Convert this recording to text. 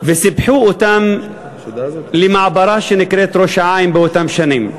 וסיפחו אותם למעברה שנקראת ראש-העין באותן שנים.